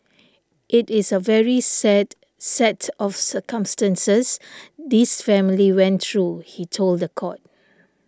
it is a very sad set of circumstances this family went through he told the court